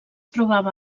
trobava